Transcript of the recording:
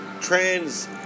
Trans